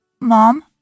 Mom